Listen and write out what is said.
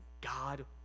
God